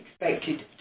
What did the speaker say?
expected